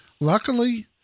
Luckily